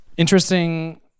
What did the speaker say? Interesting